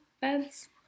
beds